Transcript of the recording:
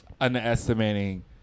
underestimating